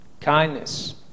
kindness